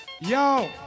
yo